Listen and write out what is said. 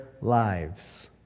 lives